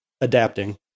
adapting